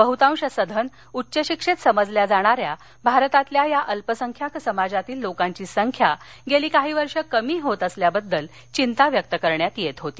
बहुतांश सधन उच्चशिक्षित समजल्या जाणाऱ्या भारतातल्या या अल्पसंख्याक समाजातील लोकांची संख्या गेली काही वर्षं कमी होत असल्याबद्दल चिंता व्यक्त करण्यात येत होती